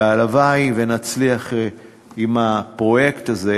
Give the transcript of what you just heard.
והלוואי שנצליח עם הפרויקט הזה,